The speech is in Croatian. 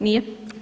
Nije.